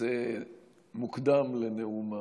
במקצה מוקדם לנאום הבכורה,